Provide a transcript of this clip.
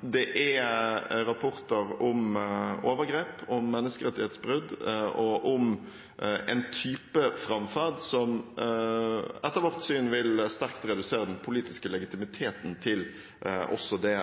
Det er rapporter om overgrep, menneskerettighetsbrudd og en type framferd som etter vårt syn sterkt vil redusere den politiske legitimiteten til også det